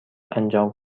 انجام